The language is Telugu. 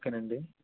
ఓకేనండి